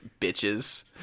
Bitches